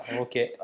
okay